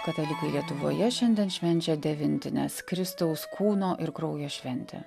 katalikai lietuvoje šiandien švenčia devintines kristaus kūno ir kraujo šventę